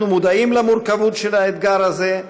אנחנו מודעים למורכבות של האתגר הזה,